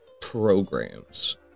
programs